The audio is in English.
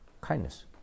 kindness